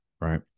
Right